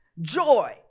joy